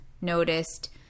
noticed